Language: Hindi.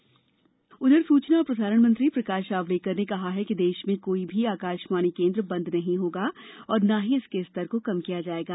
आकाशवाणी स्टेशन सूचना और प्रसारण मंत्री प्रकाश जावड़ेकर ने कहा है कि देश में कोई भी आकाशवाणी केंद्र बंद नहीं होगा और न ही इसके स्तर को कम किया जाएगा